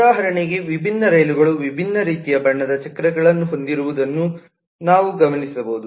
ಉದಾಹರಣೆಗೆ ವಿಭಿನ್ನ ರೈಲುಗಳು ವಿಭಿನ್ನ ರೀತಿಯ ಬಣ್ಣದ ಚಕ್ರಗಳನ್ನು ಹೊಂದಿರುವುದನ್ನು ನಾವು ಗಮನಿಸಬಹುದು